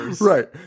Right